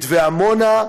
מתווה עמונה,